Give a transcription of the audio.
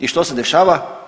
I što se dešava?